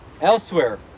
Elsewhere